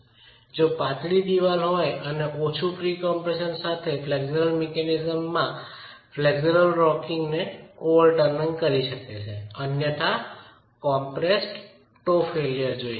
તેથી જો પાતળી દિવાલ હોય તો ઓછી પ્રી કમ્પ્રેશન સાથે ફ્લેક્સુરલ મિકેનિઝમ ફ્લેક્સ્યુલર રોકિંગને ઓવરટર્નિંગ કરી શકે છે અન્યથા કોમ્પ્રેસ્ડ ટો ફેઇલ્યર જોઈ શકાય છે